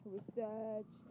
research